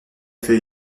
fait